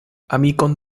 amikon